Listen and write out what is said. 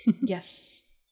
Yes